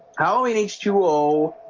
halloween h two o